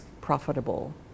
profitable